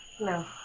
No